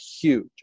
huge